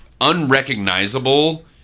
unrecognizable